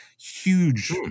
huge